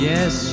Yes